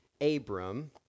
Abram